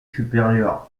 supérieure